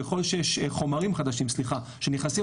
ככל שיש חומרים חדשים סליחה שנכנסים,